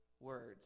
words